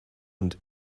und